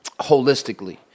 holistically